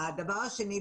הדבר השני,